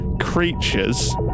creatures